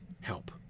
help